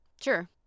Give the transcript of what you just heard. sure